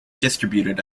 distributed